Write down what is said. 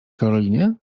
karolinie